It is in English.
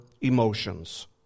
emotions